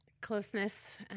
closeness